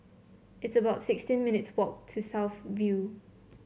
it's about sixteen minutes' walk to South View